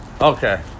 Okay